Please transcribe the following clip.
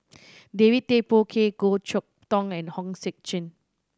David Tay Poey Cher Goh Chok Tong and Hong Sek Chern